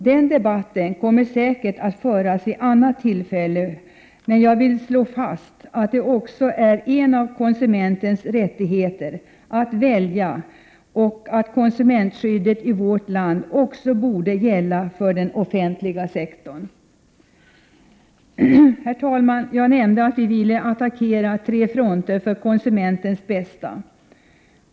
Den debatten kommer säkert att föras vid annat tillfälle, men jag vill slå fast att det också är en av konsumentens rättigheter att välja. Konsumentskyddet i vårt land borde gälla också för den offentliga sektorn. Herr talman! Jag nämnde att vi ville attackera tre fronter för konsumentens bästa.